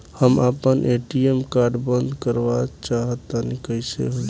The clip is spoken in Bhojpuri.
हम आपन ए.टी.एम कार्ड बंद करावल चाह तनि कइसे होई?